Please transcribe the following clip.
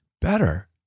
better